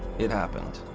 it happened.